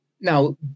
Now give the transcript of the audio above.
Now